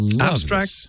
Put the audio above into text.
abstract